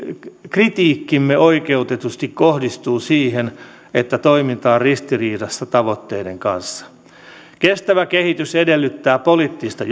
kritiikkimme oikeutetusti kohdistuu siihen että toiminta on ristiriidassa tavoitteiden kanssa kestävä kehitys edellyttää poliittista